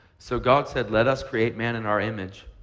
so god said let us create man in our image,